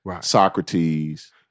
Socrates